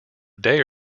day